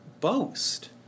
boast